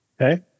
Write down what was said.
Okay